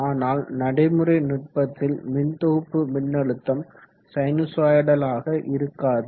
ஆனால் நடைமுறை நுட்பத்தில் மின்தொகுப்பு மின்னழுத்தம் சைனுசொய்டலாக இருக்காது